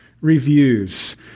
Reviews